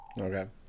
Okay